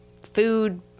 food